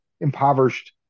impoverished